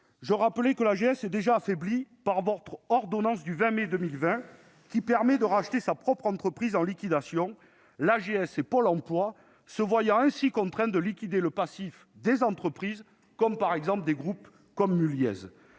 veux rappeler que l'AGS est déjà affaiblie par l'ordonnance du 20 mai 2020, qui permet de racheter sa propre entreprise en liquidation, l'AGS et Pôle emploi se voyant ainsi contraints de liquider le passif de l'entreprise, y compris pour des groupes comme Mulliez.